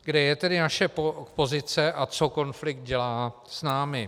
Kde je tedy naše pozice a co konflikt dělá s námi?